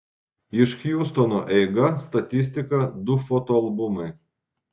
iš hjustono eiga statistika du foto albumai